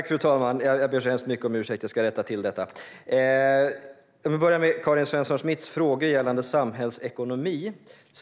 Fru talman! Jag vill börja med Karin Svensson Smiths frågor om samhällsekonomi.